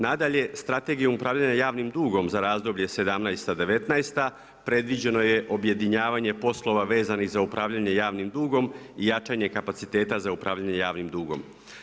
Nadalje, strategijom upravljanje javnim dugom, za razdoblje 17'-19' predviđeno je objedinjavanje poslova vezano za upravljanje javnim dugom i jačanjem kapaciteta za upravljanjem javnim dugom.